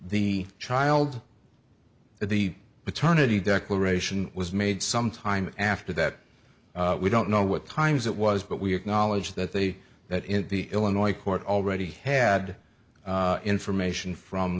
the child of the paternity declaration was made sometime after that we don't know what times it was but we acknowledge that they that in the illinois court already had information from